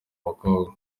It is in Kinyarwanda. bakobwa